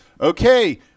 Okay